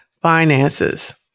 finances